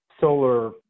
solar